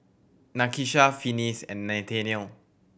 Nakisha Finis and Nathanial